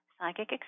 psychic